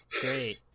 Great